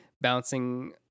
bouncing